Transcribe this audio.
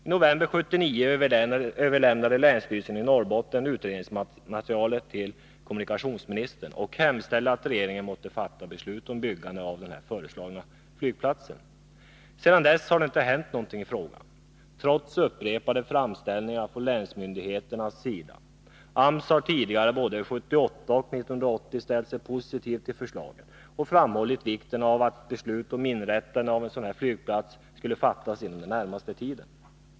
I november 1979 överlämnade länsstyrelsen i Norrbotten utredningsmaterialet till kommunikationsministern och hemställde att regeringen måtte fatta beslut om byggande av den föreslagna flygplatsen. Sedan dess har ingenting hänt i frågan — trots upprepade framställningar från länsmyndigheternas sida. AMS har tidigare, både 1978 och 1980, ställt sig positiv till förslaget och framhållit vikten av att beslut om att inrätta en sådan flygplats fattas inom den närmaste tiden.